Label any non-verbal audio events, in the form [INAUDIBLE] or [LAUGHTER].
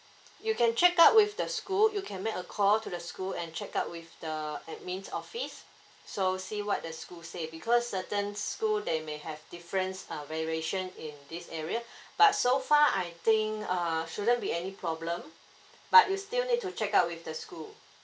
you can check out with the school you can make a call to the school and check out with the admin office so see what the school say because certain school they may have difference uh variation in this area [BREATH] but so far I think err shouldn't be any problem but you still need to check out with the school